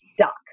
stuck